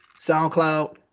SoundCloud